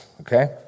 okay